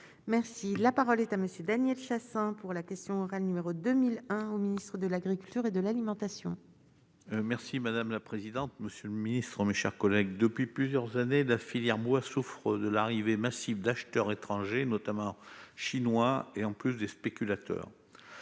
Merci, la parole est à Monsieur Daniel Chassain pour la question orale, numéro 2001 au Ministre de l'Agriculture et de l'alimentation. Merci madame la présidente, monsieur le Ministre, mes chers collègues, depuis plusieurs années la filière bois, souffre de l'arrivée massive d'acheteurs étrangers, notamment chinois et, en plus des spéculateurs,